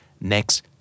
next